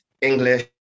English